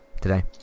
today